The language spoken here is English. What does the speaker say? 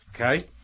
Okay